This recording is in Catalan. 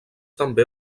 també